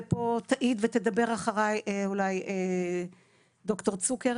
ופה תעיד ותדבר אחרי אולי ד"ר צוקרט